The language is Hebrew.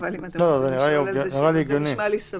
בתקנה